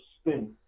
spin